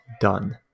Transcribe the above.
done